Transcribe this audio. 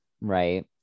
Right